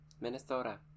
Minnesota